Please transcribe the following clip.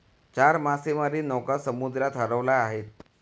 चार मासेमारी नौका समुद्रात हरवल्या आहेत